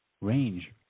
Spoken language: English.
range